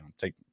take